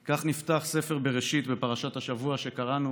כך נפתח ספר בראשית בפרשת השבוע שקראנו